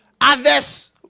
Others